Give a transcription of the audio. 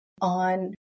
on